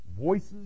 voices